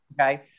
Okay